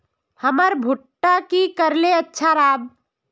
हमर भुट्टा की करले अच्छा राब?